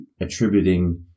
attributing